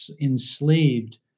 enslaved